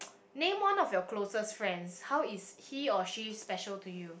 name one of your closest friends how is he or she special to you